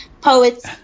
Poets